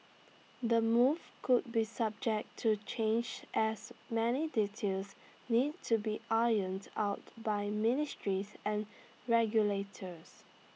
the move could be subject to change as many details need to be ironed out by ministries and regulators